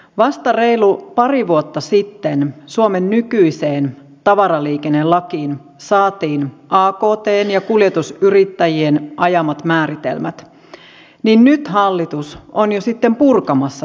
vasta reilu pari vuotta sitten suomen nykyiseen tavaraliikennelakiin saatiin aktn ja kuljetusyrittäjien ajamat määritelmät ja nyt hallitus on jo sitten purkamassa niitä